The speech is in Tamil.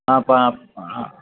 ஆ ப ஆ